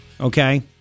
okay